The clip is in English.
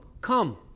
come